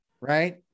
right